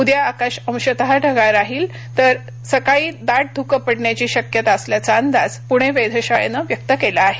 उद्या आकाश अंशतः ढगाळ राहील तर सकाळीदाट धुकं पडण्याची शक्यता असल्याचा अंदाज पूणे वेधशाळेनं व्यक्त केला आहे